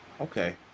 Okay